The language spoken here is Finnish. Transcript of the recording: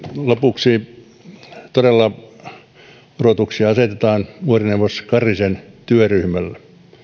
lopuksi odotuksia asetetaan todella vuorineuvos karhisen työryhmälle